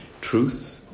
truth